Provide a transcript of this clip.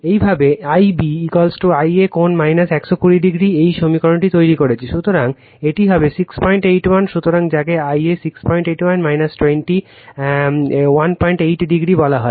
একইভাবে Ib Ia কোণ 120o এই সমীকরণটি তৈরি করেছি সুতরাং এটি হবে 681 সুতরাং যাকে Ia 681 218o বলা হয়